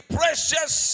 precious